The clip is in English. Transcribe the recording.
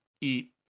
eat